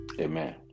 Amen